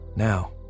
now